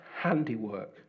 handiwork